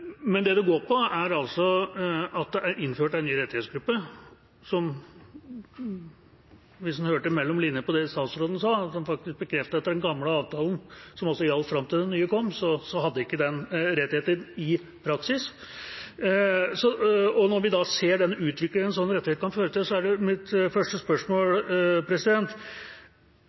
Men det går på at det er innført en ny rettighetsgruppe, som – hvis en hørte mellom linjene på det statsråden sa, som faktisk bekreftet at den gamle avtalen gjaldt fram til den nye kom – ikke hadde den rettigheten i praksis. Når vi ser utviklingen slike rettigheter kan føre til, er mitt første spørsmål: